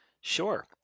Sure